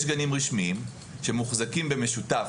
יש גנים רשמיים שמוחזקים במשותף,